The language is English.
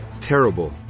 Terrible